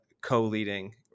co-leading